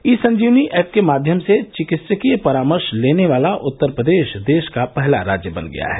ई Sanjeevani app के माध्यम से चिकित्सकीय परामर्श लेने वाला उत्तर प्रदेश देश का पहला राज्य बन गया है